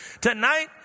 Tonight